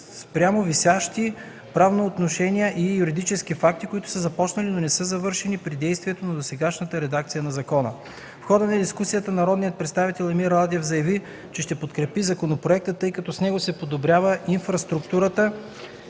спрямо висящи правоотношения и юридически факти, които са започнали, но не са завършени при действието на досегашната редакция на закона. В хода на дискусията народният представител Емил Радев заяви, че ще подкрепи законопроекта, тъй като с него се подобрява инфраструктурата